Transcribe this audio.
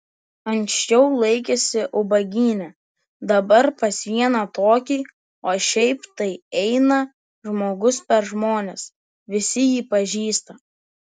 anksčiau laikėsi ubagyne dabar pas vieną tokį o šiaip tai eina žmogus per žmones visi jį pažįsta